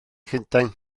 llundain